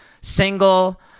Single